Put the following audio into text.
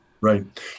Right